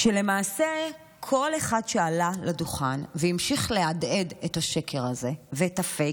כשלמעשה כל אחד שעלה לדוכן והמשיך להדהד את השקר הזה ואת הפייק,